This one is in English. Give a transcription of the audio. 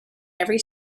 every